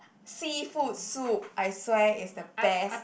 seafood soup I swear it's the best